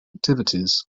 activities